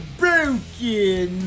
broken